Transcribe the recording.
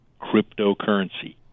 cryptocurrency